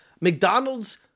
McDonald's